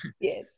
yes